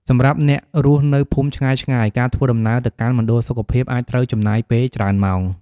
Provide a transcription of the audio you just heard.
សម្រាប់អ្នករស់នៅភូមិឆ្ងាយៗ ការធ្វើដំណើរទៅកាន់មណ្ឌលសុខភាពអាចត្រូវចំណាយពេលច្រើនម៉ោង។